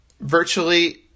virtually